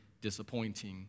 disappointing